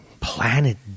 Planet